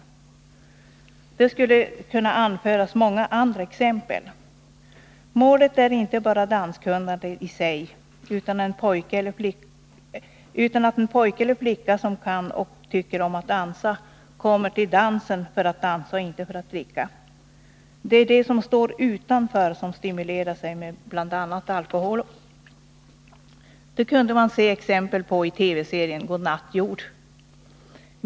Många andra exempel skulle också kunna anföras. Målet är inte bara danskunnandet i sig, utan att en pojke eller flicka som kan och tycker om att dansa kommer till dansen för att dansa och inte för att dricka. Det är de som står utanför som stimulerar sig med bl.a. alkohol; det kunde man se exempel på i TV-serien Godnatt, jord.